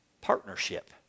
partnership